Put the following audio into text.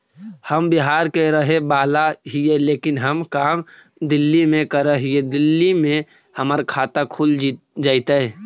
हम बिहार के रहेवाला हिय लेकिन हम काम दिल्ली में कर हिय, दिल्ली में हमर खाता खुल जैतै?